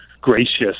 gracious